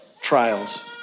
trials